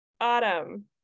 Autumn